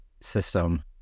system